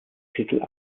titel